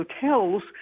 hotels